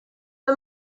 the